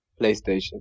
Playstation